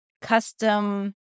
custom